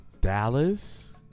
Dallas